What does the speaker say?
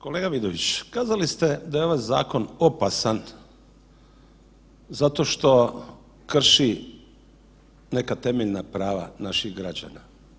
Kolega Vidović, kazali ste da je ovaj zakon opasan zato što krši neka temeljna prava naših građana.